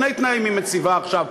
שני תנאים היא מציבה עכשיו,